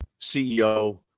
CEO